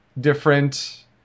different